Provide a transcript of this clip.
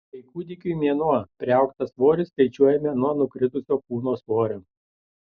kai kūdikiui mėnuo priaugtą svorį skaičiuojame nuo nukritusio kūno svorio